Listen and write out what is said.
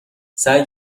سعی